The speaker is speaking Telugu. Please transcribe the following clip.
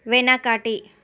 వెనకటి